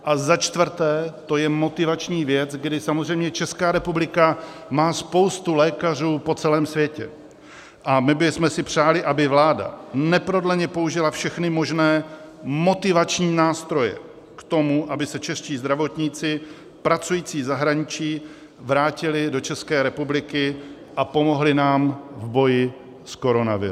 A za čtvrté, to je motivační věc, kdy samozřejmě Česká republika má spoustu lékařů po celém světě, a my bychom si přáli, aby vláda neprodleně použila všechny možné motivační nástroje k tomu, aby se čeští zdravotníci pracující v zahraničí vrátili do České republiky a pomohli nám v boji s koronavirem.